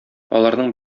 аларның